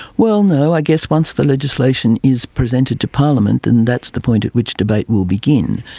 well no, i guess once the legislation is presented to parliament, then that's the point at which debate will begin,